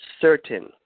certain